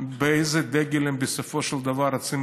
באיזה דגל הם רוצים להחזיק בסופו של דבר.